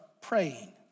praying